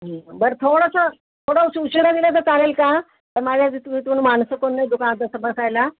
बर थोडंसं थोडं उशिरा दिलं तर चालेल का कारण माझ्या इथून माणसं कोण नाही दुकानात असं बसायला